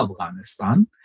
Afghanistan